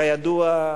כידוע,